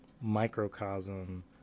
microcosm